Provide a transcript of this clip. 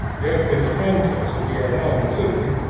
yet in the contest we are now considering,